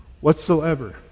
whatsoever